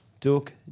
Duke